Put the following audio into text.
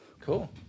Cool